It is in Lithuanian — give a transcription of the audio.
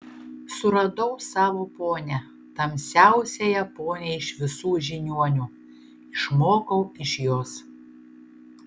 suradau savo ponią tamsiausiąją ponią iš visų žiniuonių išmokau iš jos